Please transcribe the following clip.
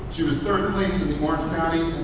she was third place in the orange county